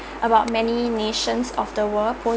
about many nations of the world